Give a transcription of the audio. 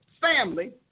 family